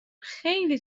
خیلی